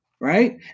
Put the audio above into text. Right